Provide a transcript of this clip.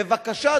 בבקשה,